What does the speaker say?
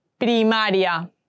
Primaria